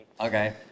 Okay